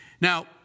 Now